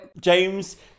james